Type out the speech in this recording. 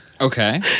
Okay